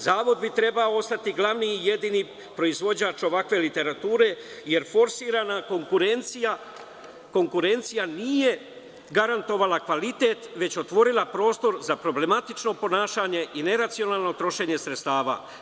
Zavod bi trebao ostati glavni i jedini proizvođač ovakve literature jer forsirana konkurencija nije garantovala kvalitet, već otvorila prostor za problematično ponašanje i neracionalno trošenje sredstava.